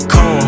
Cold